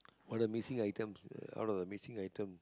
or the missing items all the missing item